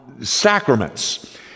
sacraments